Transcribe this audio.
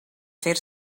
fer